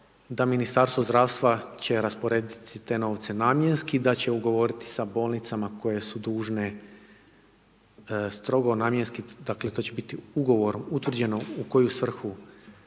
da ministarstvo zdravstva će rasporediti te novce namjenski, da će ugovoriti s bolnicama, koje su dužne strogo namjenski, dakle, to će biti ugovor utvrđeno u koju svrhu